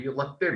להירתם